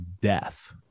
death